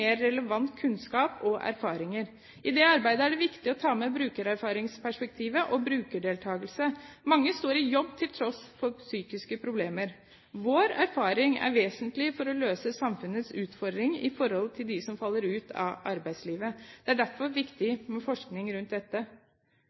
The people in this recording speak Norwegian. relevant kunnskap og erfaringer. I det arbeidet er det viktig å ta med brukererfaringsperspektivet og brukerdeltakelse. Mange står i jobb til tross for psykiske problemer. Vår erfaring er vesentlig for å løse samfunnets utfordring i forhold til dem som faller ut av arbeidslivet. Det er derfor viktig med forskning rundt dette.